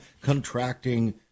contracting